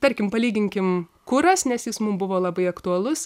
tarkim palyginkim kuras nes jis mum buvo labai aktualus